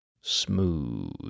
smooth